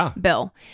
bill